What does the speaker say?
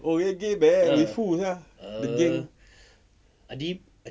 oh reggae band with who sia the gang